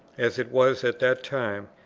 as it was at that time,